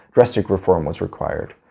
drastic reform was required.